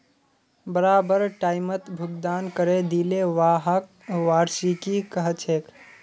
बराबर टाइमत भुगतान करे दिले व्हाक वार्षिकी कहछेक